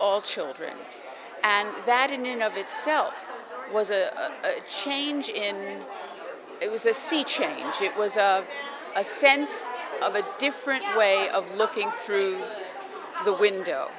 all children and that in and of itself was a change in it was a sea change it was a sense of a different way of looking through the window